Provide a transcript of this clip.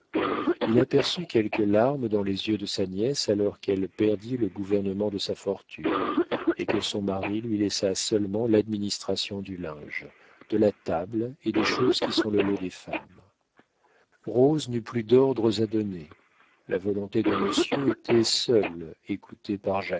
il aperçut quelques larmes dans les yeux de sa nièce alors qu'elle perdit le gouvernement de sa fortune et que son mari lui laissa seulement l'administration du linge de la table et des choses qui sont le lot des femmes rose n'eut plus d'ordres à donner la volonté de monsieur était seule écoutée par